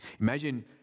Imagine